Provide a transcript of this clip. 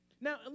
Now